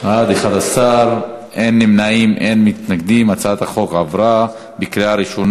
להעביר את הצעת חוק המכר (דירות) (הבטחת השקעות